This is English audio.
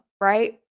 right